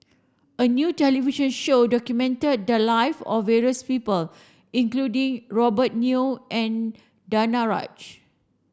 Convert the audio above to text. a new television show documented the live of various people including Robert Yeo and Danaraj